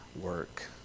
work